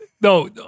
No